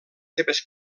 seves